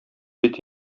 бит